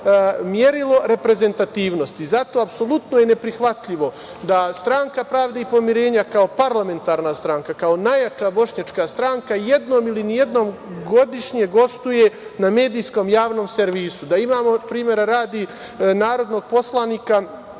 merilo reprezentativnosti. Zato je apsolutno neprihvatljivo da stranka Pravde i pomirenja, kao parlamentarna stranka, kao najjača bošnjačka stranka jednom ili nijednom godišnje gostuje na medijskom Javnom servisu, da imamo, primera radi, narodnog poslanika,